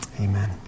Amen